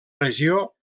regió